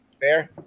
Fair